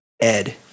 Ed